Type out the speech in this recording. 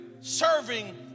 serving